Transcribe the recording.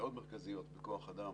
יש סוגיות מאוד מרכזיות בכוח אדם